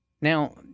now